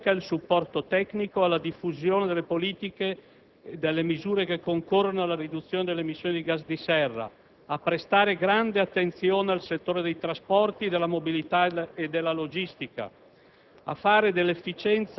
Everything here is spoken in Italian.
a rafforzare la ricerca ed il supporto tecnico alla diffusione delle politiche e delle misure che concorrono alla riduzione delle emissioni di gas serra; a prestare grande attenzione al settore dei trasporti, della mobilità e della logistica;